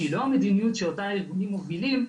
שהיא לא המדיניות שאותה הארגונים מובילים,